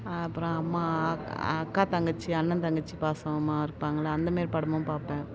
அப்புறம் அம்மா அக்கா தங்கச்சி அண்ணன் தங்கச்சி பாசமாக இருப்பாங்கள்ல அந்த மாரி படமும் பார்ப்பேன்